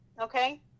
okay